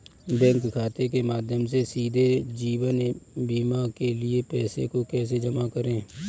Bank खाते के माध्यम से सीधे जीवन बीमा के लिए पैसे को कैसे जमा करें?